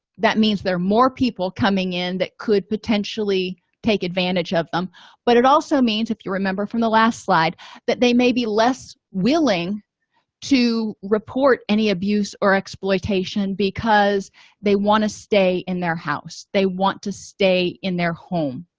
that means there are more people coming in that could potentially take advantage of them but it also means if you remember from the last slide that they may be less willing to report any abuse or exploitation because they want to stay in their house they want to stay in their home